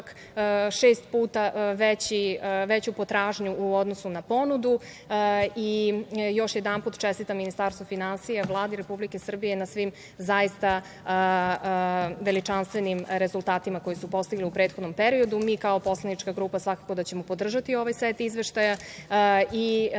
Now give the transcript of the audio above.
šest puta veću potražnju u odnosu na ponudu. Još jednom, čestitam Ministarstvu finansija i Vladi Republike Srbije na svim veličanstvenim rezultatima koje su postigli u prethodnom periodu. Mi kao poslanička grupa svakako da ćemo podržati ovaj set izveštaja.